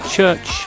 Church